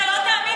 אתה לא תאמין,